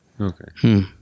Okay